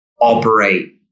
operate